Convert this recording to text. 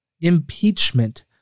impeachment